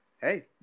Hey